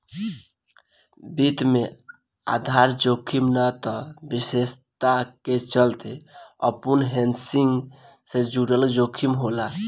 वित्त में आधार जोखिम ना त विशेषता के चलते अपूर्ण हेजिंग से जुड़ल जोखिम होला